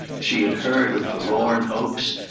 she had heard of forlorn hopes,